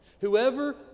Whoever